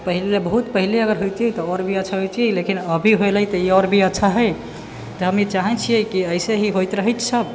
पहिले बहुत पहिले अगर होइतियै तऽ आओर भी अच्छा होइतियै लेकिन अभी होलै तऽ आओर भी अच्छा हइ तऽ हम ई चाहैत छियै कि ऐसे ही होइत रहैत सब